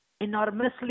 enormously